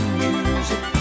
music